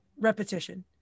repetition